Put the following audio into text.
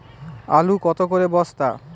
আলু কত করে বস্তা?